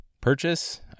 purchase